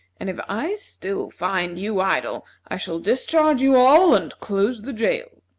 and if i still find you idle i shall discharge you all and close the jail.